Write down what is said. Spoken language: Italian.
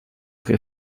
che